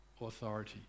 authority